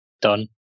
done